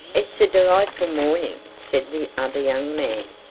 it's a delightful morning, said the other young man,